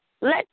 Let